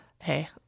Hey